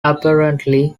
apparently